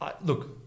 Look